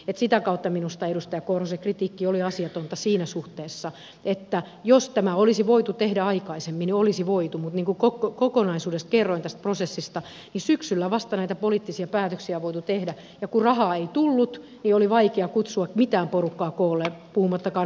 että sitä kautta minusta edustaja korhosen kritiikki oli asiatonta siinä suhteessa että jos tämä olisi voitu tehdä aikaisemmin niin olisi voitu mutta niin kuin kokonaisuudessa kerroin tästä prosessista vasta syksyllä näitä poliittisia päätöksiä on voitu tehdä ja kun rahaa ei tullut niin oli vaikea kutsua mitään porukkaa koolle puhumattakaan hallituspuolueista